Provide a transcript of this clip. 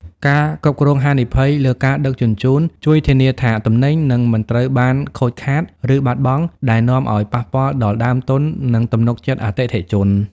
ការគ្រប់គ្រងហានិភ័យ លើការដឹកជញ្ជូន ជួយធានាថាទំនិញនឹងមិនត្រូវបានខូចខាត ឬបាត់បង់ ដែលនាំឱ្យប៉ះពាល់ដល់ដើមទុន និងទំនុកចិត្តអតិថិជន។